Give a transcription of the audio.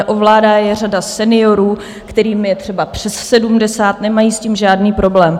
Ovládá je řada seniorů, kterým je třeba přes sedmdesát, nemají s tím žádný problém.